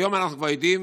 היום אנחנו כבר יודעים